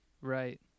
Right